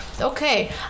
okay